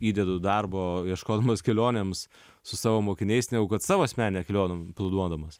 įdedu darbo ieškodamas kelionėms su savo mokiniais negu kad savo asmeninę kelionę planuodamas